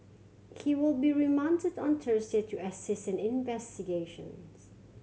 he will be remanded on Thursday to assist investigations